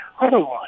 otherwise